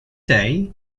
day